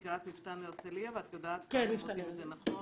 מכירה את מפת"ן הרצליה ואת יודעת שאנחנו עושים את זה נכון,